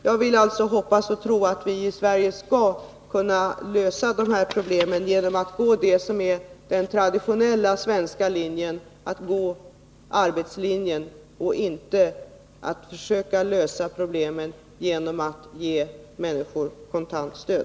Jag vill alltså hoppas och tro att vi i Sverige skall kunna lösa de här problemen genom att följa den traditionella svenska linjen, arbetslinjen, och inte försöka lösa problemen genom att ge människor kontant stöd.